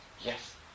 Yes